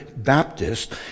Baptist